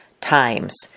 times